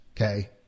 okay